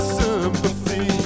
sympathy